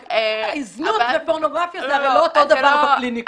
רק זנות ופורנוגרפיה זה הרי לא אותו דבר בקליניקות.